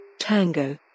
Tango